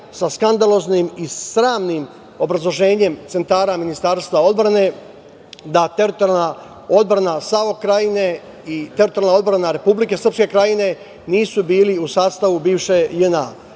sa skandaloznim i sramnim obrazloženjem centara Ministarstva odbrane da teritorijalna odbrana Savo-krajine i teritorijalna odbrana RSK nisu bili u sastavu bivše JNA.